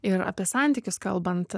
ir apie santykius kalbant